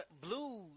Blues